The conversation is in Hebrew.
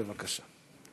בבקשה.